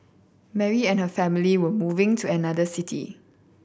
Mary and her family were moving to another city